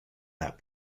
that